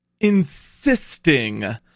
insisting